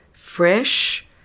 fresh